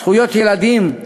זכויות ילדים,